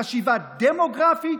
חשיבה דמוגרפית,